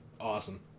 Awesome